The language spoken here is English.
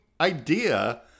idea